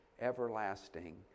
everlasting